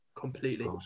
Completely